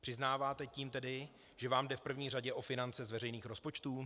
Přiznáváte tím tedy, že vám jde v první řadě o finance z veřejných rozpočtů?